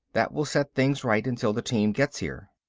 that will set things right until the team gets here.